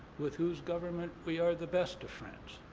with whose government we are the best of friends.